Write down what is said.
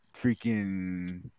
Freaking